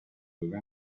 dove